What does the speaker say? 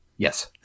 Yes